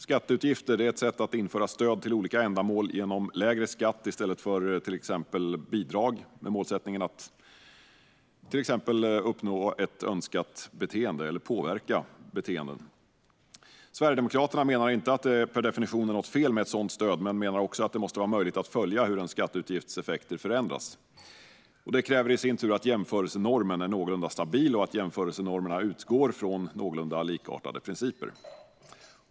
Skatteutgifter är ett sätt att införa stöd till olika ändamål genom lägre skatt i stället för bidrag, med målet att till exempel uppnå ett önskat beteende eller påverka beteenden. Sverigedemokraterna menar inte att det per definition är något fel med ett sådant stöd, men vi menar att det också måste vara möjligt att följa hur en skatteutgifts effekter förändras. Det kräver i sin tur att jämförelsenormen är någorlunda stabil och att jämförelsenormerna utgår från någorlunda likartade principer.